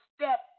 step